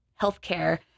healthcare